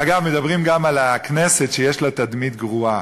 אגב, מדברים גם על הכנסת, שיש לה תדמית גרועה.